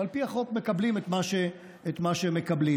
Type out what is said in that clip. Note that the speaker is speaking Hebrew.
ועל פי החוק הם מקבלים את מה שהם מקבלים.